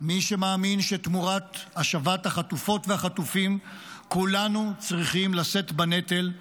מי שמאמין שתמורת השבת החטופות והחטופים כולנו צריכים לשאת בנטל,